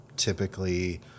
typically